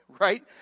right